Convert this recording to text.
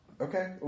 Okay